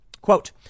Quote